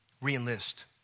re-enlist